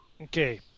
Okay